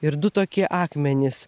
ir du tokie akmenys